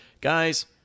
guys